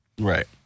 Right